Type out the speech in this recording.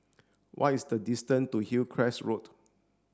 what is the distance to Hillcrest Road